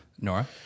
Nora